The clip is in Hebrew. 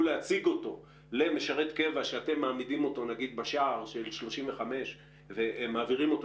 להציג אותו למשרת קבע שאתם מעמידים אותו בשער של 35 ומעבירים אותו